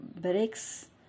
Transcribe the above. breaks